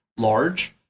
large